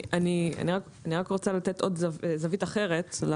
אני רוצה לתת זווית אחרת.